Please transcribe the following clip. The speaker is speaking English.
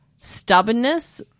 stubbornness